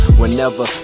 whenever